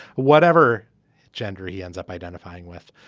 whatever gender he ends up identifying with.